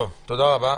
תודה רבה.